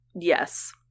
Yes